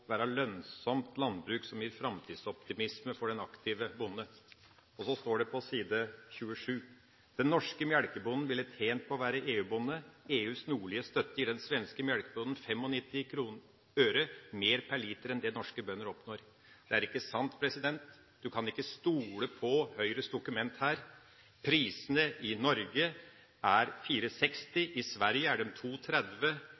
være «lønnsomt landbruk som gir fremtidsoptimisme for den aktive bonde». Så står det på side 21: «Den norske melkebonden ville tjent på å være EU-bonde. EUs nordlige støtte gir den svenske melkebonden 0,95 kroner mer pr liter» enn det norske bønder oppnår. Det er ikke sant. En kan ikke stole på Høyres dokument her. Prisen i Norge er